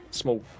small